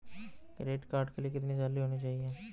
Credit card के लिए कितनी सैलरी होनी चाहिए?